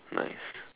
nice